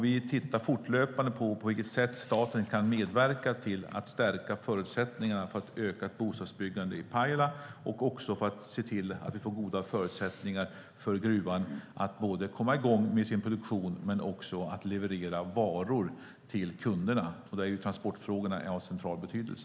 Vi tittar fortlöpande på hur staten kan medverka till att stärka förutsättningarna för ett ökat bostadsbyggande i Pajala och se till att vi får goda förutsättningar för gruvan att komma i gång med sin produktion och också kunna leverera varor till kunderna. Här är transportfrågorna av central betydelse.